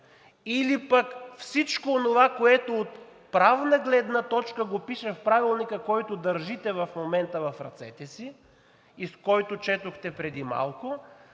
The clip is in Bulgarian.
или пък всичко онова, което от правна гледна точка го пише в Правилника, който държите в момента в ръцете си и който четохте преди малко.